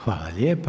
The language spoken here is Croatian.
Hvala lijepo.